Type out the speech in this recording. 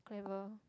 clever